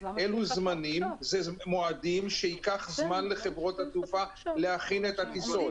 אלה מועדים שייקח זמן לחברות התעופה להכין את הטיסות.